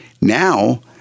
Now